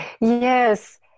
Yes